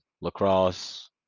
lacrosse